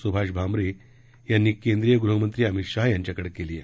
सुभाष भामरे यांनी केंद्रीय गृहमंत्री अमित शहा यांच्याकडे केली आहे